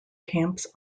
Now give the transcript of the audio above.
camps